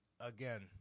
again